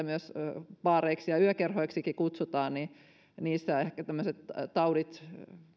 myös baareiksi ja yökerhoiksikin kutsutaan ehkä tämmöiset taudit